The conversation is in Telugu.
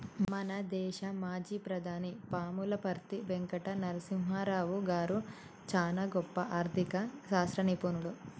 మన దేశ మాజీ ప్రధాని పాములపర్తి వెంకట నరసింహారావు గారు చానా గొప్ప ఆర్ధిక శాస్త్ర నిపుణుడు